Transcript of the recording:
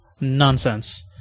nonsense